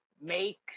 make